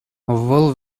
вӑл